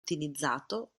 utilizzato